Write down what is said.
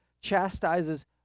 chastises